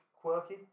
quirky